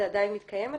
זה עדיין מתקיים התהליך?